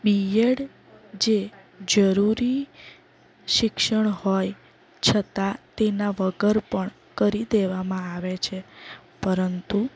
B Ed જે જરૂરી શિક્ષણ હોય છતાં તેના વગર પણ કરી દેવામાં આવે છે પરંતુ